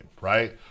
right